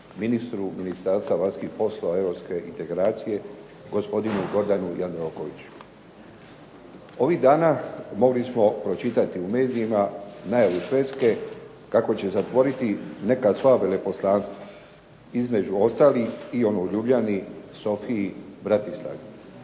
ministru Ministarstva vanjskih poslova i europske integracije, gospodinu Gordanu Jandrokoviću. Ovih dana mogli smo pročitati u medijima najavu Švedske kako će zatvoriti neka svoja veleposlanstva. Između ostalih i ono u Ljubljani, Sofiji i Bratislavi.